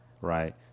right